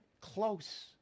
close